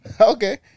Okay